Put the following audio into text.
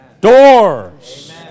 doors